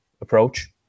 approach